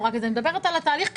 אני מדברת על התהליך כולו.